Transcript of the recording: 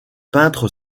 peintre